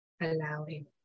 Allowing